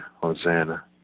Hosanna